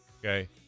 Okay